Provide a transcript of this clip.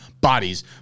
bodies